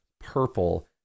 purple